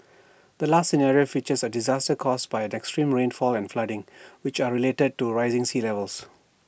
the last scenario features A disaster caused by extreme rainfall and flooding which are related to rising sea levels